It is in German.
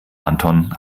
anton